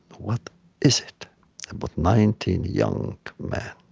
what is it about nineteen young men